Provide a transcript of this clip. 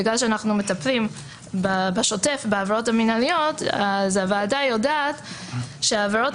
בגלל שאנחנו מטפלים בשוטף בעבירות המנהליות הוועדה יודעת שהעבירות